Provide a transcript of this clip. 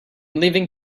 leaving